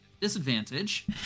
Disadvantage